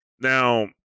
Now